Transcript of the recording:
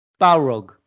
Balrog